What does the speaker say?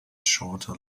shorter